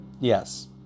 Yes